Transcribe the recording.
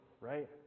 right